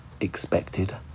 Expected